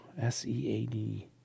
S-E-A-D